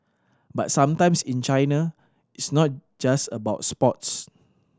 but sometimes in China it's not just about sports